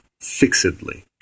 fixedly